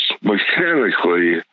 mechanically